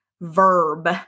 verb